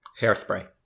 hairspray